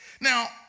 Now